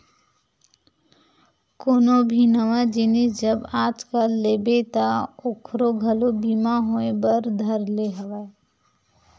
कोनो भी नवा जिनिस जब आजकल लेबे ता ओखरो घलो बीमा होय बर धर ले हवय